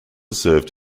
served